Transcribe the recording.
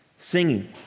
Singing